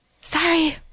sorry